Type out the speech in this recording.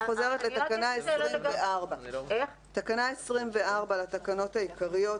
אני חוזרת לתקנה 24. תקנה 24 לתקנות העיקריות,